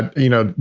you know,